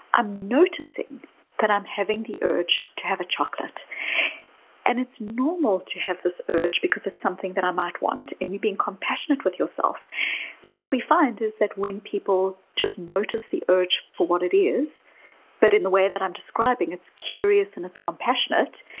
ah noticing that i'm having the urge to have a chocolate and it's normal to have this urge because it's something that i might want and you being compassionate with yourself and what we find is that when people just notice the urge for what it is but in the way that i'm describing, it's curious and it's compassionate,